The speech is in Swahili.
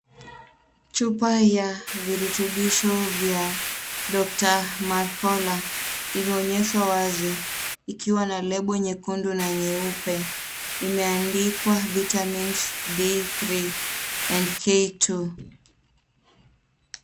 Chupa ya virutubisho vya Doctor Mercola imeonyeshwa wazi ikiwa na lebo nyekundu na nyeupe. Imeandikwa vitamins D3 and K2